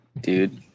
dude